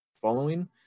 following